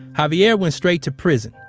javier went straight to prison,